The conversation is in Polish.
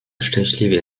szczęśliwie